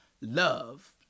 love